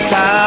Time